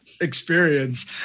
experience